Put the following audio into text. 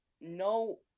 no